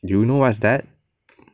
you know what is that